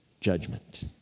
judgment